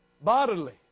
bodily